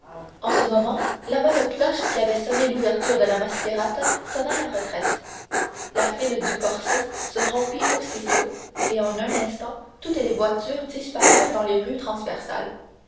en ce moment la même cloche qui avait sonné l'ouverture de la mascherata sonna la retraite la file du corso se rompit aussitôt et en un instant toutes les voitures disparurent dans les rues transversales